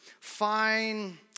fine